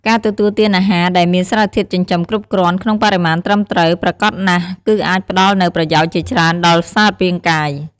ការទទួលទានអាហារដែលមានសារធាតុចិញ្ចឹមគ្រប់គ្រាន់ក្នុងបរិមាណត្រឹមត្រូវ ប្រាកដណាស់ គឺអាចផ្តល់នូវប្រយោជន៍ជាច្រើនដល់សារពាង្គកាយ។